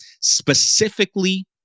specifically